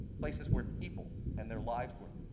places where people and their lives were